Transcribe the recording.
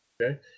Okay